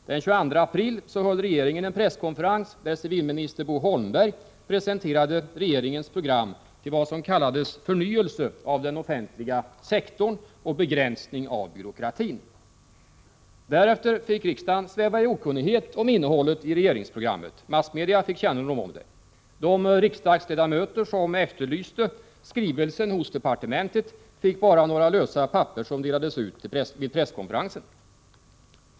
Den 22 april höll regeringen en presskonferens, där civilminister Bo Holmberg presenterade regeringens program för vad som kallades förnyelse av den offentliga sektorn och begränsning av byråkratin. Därefter fick riksdagen sväva i okunnighet om innehållet i regeringsprogrammet. Massmedia däremot fick kännedom om det. De riksdagsledamöter som efterlyste skrivelsen hos departementet fick bara några lösa papper, vilka också delades ut vid presskonferensen.